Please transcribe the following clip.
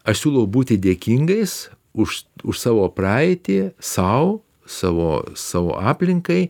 aš siūlau būti dėkingais už už savo praeitį sau savo savo aplinkai